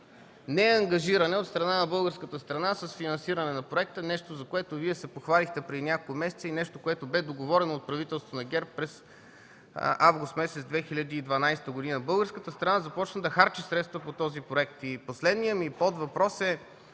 е неангажиране от страна на българската страна с финансиране на проекта, нещо, за което Вие се похвалихте преди няколко месеца и нещо, което бе договорено от правителството на ГЕРБ през месец август 2012 г.? Българската страна започна да харчи средства по този проект. Последният ми подвъпрос